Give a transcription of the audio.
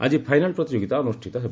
ଆଜି ଫାଇନାଲ୍ ପ୍ରତିଯୋଗିତା ଅନୁଷ୍ଠିତ ହେବ